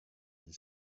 and